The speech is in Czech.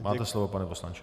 Máte slovo, pane poslanče.